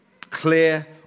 clear